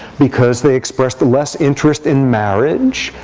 because they expressed less interest in marriage,